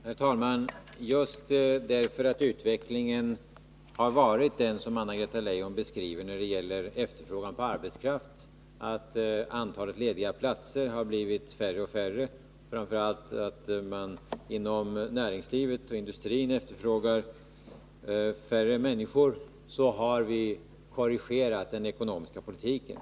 Herr talman! Just därför att utvecklingen varit den som Anna-Greta Leijon beskriver när det gäller efterfrågan på arbetskraft, dvs. att antalet lediga platser blivit mindre och mindre och framför allt att man inom näringslivet och industrin efterfrågar färre människor, har vi korrigerat den ekonomiska politiken.